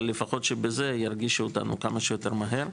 לפחות שבזה ירגישו אותנו כמה שיותר מהר.